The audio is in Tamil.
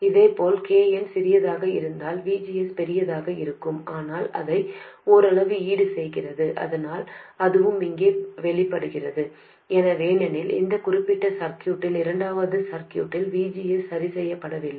இதேபோல் kn சிறியதாக இருந்தால் VGS பெரியதாக இருக்கும் அதனால் இதை ஓரளவு ஈடுசெய்கிறது அதனால் அதுவும் இங்கே வெளிவருகிறது ஏனெனில் இந்த குறிப்பிட்ட சர்க்யூட்டில் இரண்டாவது சர்க்யூட்டில் VGS சரி செய்யப்படவில்லை